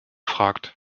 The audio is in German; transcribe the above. fragt